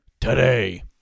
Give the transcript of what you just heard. today